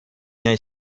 liens